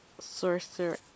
sorcerer